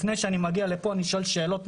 לפני שאני מגיע לפה אני שואל שאלות,